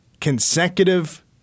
Consecutive